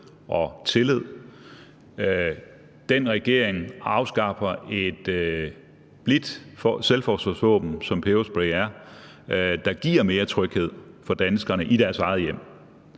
og tillid, afskaffer et blidt selvforsvarsvåben, som peberspray er, der giver mere tryghed for danskerne i deres eget hjem.